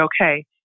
okay